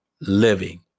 living